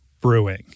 Brewing